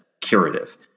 curative